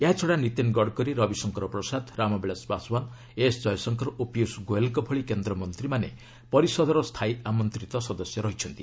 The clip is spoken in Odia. ଏହାଛଡ଼ା ନୀତିନ୍ ଗଡ଼କରୀ ରବିଶଙ୍କର ପ୍ରସାଦ ରାମବିଳାଶ ପାଶ୍ୱାନ୍ ଏସ୍ କୟଶଙ୍କର ଓ ପିୟୁଷ୍ ଗୋଏଲ୍ଙ୍କ ଭଳି କେନ୍ଦ୍ରମନ୍ତ୍ରୀମାନେ ପରିଷଦର ସ୍ଥାୟୀ ଆମନ୍ତିତ ସଦସ୍ୟ ରହିଛନ୍ତି